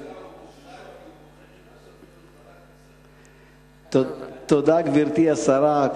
הוא פוחד שבסוף אהוד ברק יצטרף, תודה, גברתי השרה.